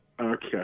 Okay